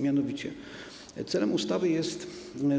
Mianowicie celem ustawy jest